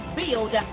build